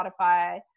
Spotify